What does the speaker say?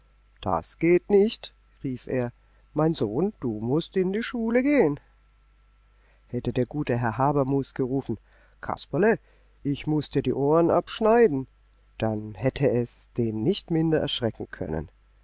das geht nicht rief er mein sohn du mußt in die schule gehen hätte der gute herr habermus gerufen kasperle ich muß dir die ohren abschneiden dann hätte es den nicht mehr erschrecken können